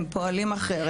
הם פועלים אחרת.